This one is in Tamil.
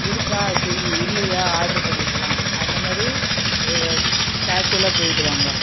இருக்கா செய் இல்லையா ஆர்டர் பண்ணிக்கலாம் அந்தமாதிரி இதை கேஷுவலாக போய்விடுவாங்க